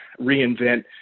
reinvent